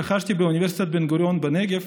רכשתי באוניברסיטת בן-גוריון בנגב.